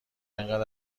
انقد